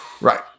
Right